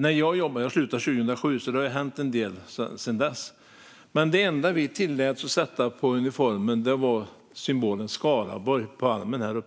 Jag slutade jobba vid trafikpolisen 2007, så det har hänt en del sedan dess. Men det enda vi tilläts sätta på uniformen var symbolen för Skaraborg på ärmen.